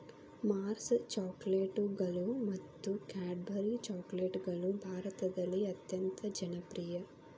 Mars ಚಾಕೊಲೇಟ್ಗಳು ಮತ್ತು Cadbury ಚಾಕೊಲೇಟ್ಗಳು ಭಾರತದಲ್ಲಿ ಅತ್ಯಂತ ಜನಪ್ರಿಯ